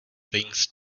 things